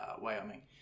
Wyoming